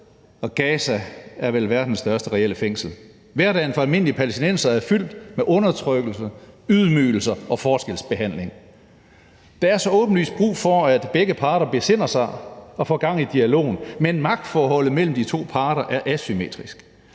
Gaza er vel reelt verdens største fængsel. Hverdagen for almindelige palæstinensere er fyldt med undertrykkelse, ydmygelser og forskelsbehandling. Der er så åbenlyst brug for, at begge parter besinder sig og får gang i dialogen, men magtforholdet mellem de to parter er asymmetrisk.